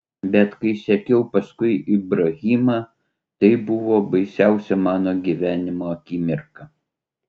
bet kai sekiau paskui ibrahimą tai buvo baisiausia mano gyvenime akimirka